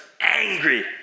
angry